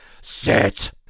sit